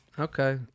Okay